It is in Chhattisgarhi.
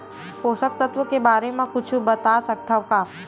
पोषक तत्व के बारे मा कुछु बता सकत हवय?